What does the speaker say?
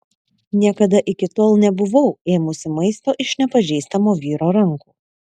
niekada iki tol nebuvau ėmusi maisto iš nepažįstamo vyro rankų